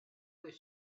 was